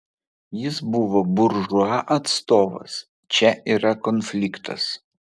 jis buvo buržua atstovas čia yra konfliktas